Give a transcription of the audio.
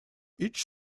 each